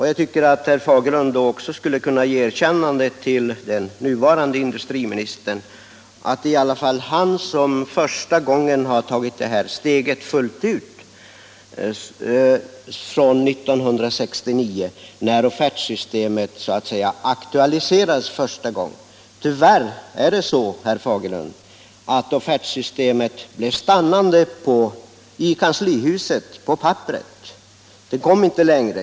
Men jag tycker att herr Fagerlund då också skulle kunna ge det erkännandet till den nuvarande industriministern att det var han som första gången tagit det här steget fullt ut sedan 1969 när offertsystemet så att säga aktualiserades första gången. Tyvärr är det så, herr Fagerlund, att offertsystemet stannade på papperet i kanslihuset; det kom inte längre.